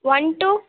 one two